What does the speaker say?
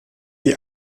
die